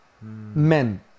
Men